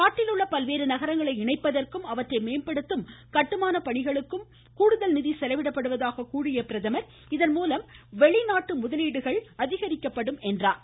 நாட்டில் உள்ள பல்வேறு நகரங்களை இணைப்பதற்கும் அவற்றை மேம்படுத்தும் கட்டுமான பணிகளுக்கும் கூடுதல் நிதி செலவிடப்படுவதாக கூறிய பிரதமர் இதன்மூலம் வெளிநாட்டு முதலீடுகளை அதிகரிக்கும் என்றார்